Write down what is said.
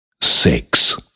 six